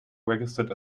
registered